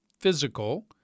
physical